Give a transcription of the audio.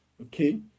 Okay